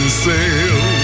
sail